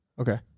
Okay